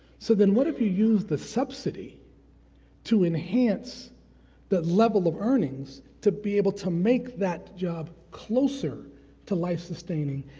so then what if you use the subsidy to enhance the level of earnings to be able to make that job closer to life sustaining?